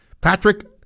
Patrick